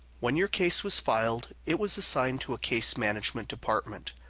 when your case was filed, it was assigned to a case management department.